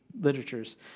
literatures